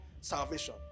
salvation